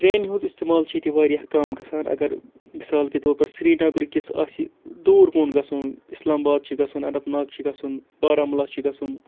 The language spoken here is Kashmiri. ٹرٛینہِ ہُنٛد اِستعمال چھِ ییٚتہِ واریاہ کَم گژھان اگر مِثال کے طور پَر سرینَگرٕ کِس آسہِ دوٗر کُن گژھُن اِسلام آباد چھِ گژھُن اننت ناگ چھِ گژھُن بارہمولہ چھِ گژھُن